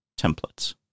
templates